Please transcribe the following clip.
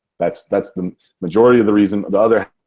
that's that's the majority of the reason, the other,